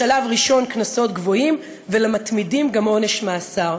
בשלב ראשון קנסות גבוהים, ולמתמידים גם עונש מאסר.